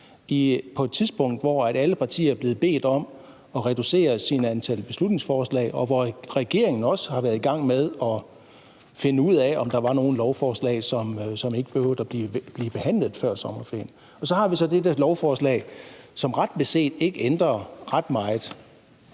på et tidspunkt, hvor alle partier er blevet bedt om at reducere i antallet af deres beslutningsforslag, og hvor regeringen også har været i gang med at finde ud af, om der var nogle lovforslag, som ikke behøvede at blive behandlet før sommerferien. Så har vi så det her lovforslag, som ret beset ikke ændrer ret meget.